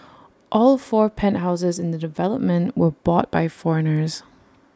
all four penthouses in the development were bought by foreigners